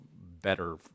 better